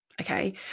okay